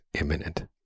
imminent